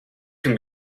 can